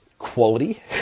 Quality